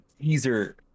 teaser